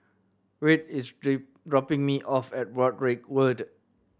Wirt is dropping me off at Broadrick Road